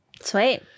Sweet